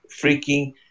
freaking